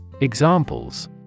Examples